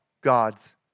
God's